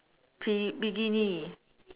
b~ bikini